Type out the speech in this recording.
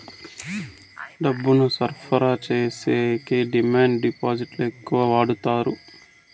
డబ్బులు సరఫరా చేసేకి డిమాండ్ డిపాజిట్లు ఎక్కువ వాడుతారు